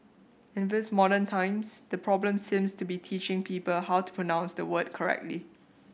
in these modern times the problem seems to be teaching people how to pronounce the word correctly